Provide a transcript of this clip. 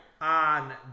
On